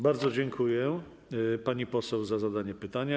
Bardzo dziękuję pani poseł za zadanie pytania.